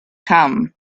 come